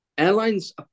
Airlines